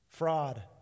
fraud